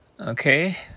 Okay